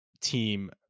team